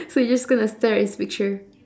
so you're just going to stare at his picture